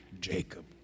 Jacob